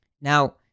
Now